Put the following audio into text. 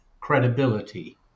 credibility